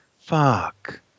Fuck